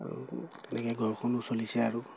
আৰু তেনেকৈ ঘৰখনো চলিছে আৰু